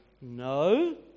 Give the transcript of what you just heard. No